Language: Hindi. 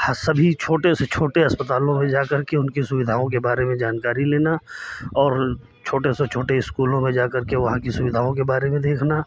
हाँ सभी छोटे से छोटे अस्पतालों में जाकर के उनकी सुविधाओं के बारे में जानकारी लेना और छोटे से छोटे स्कूलों में जा कर के वहाँ की सुविधाओं के बारे में देखना